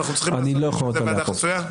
צריך לעשות על זה ועדה חסויה?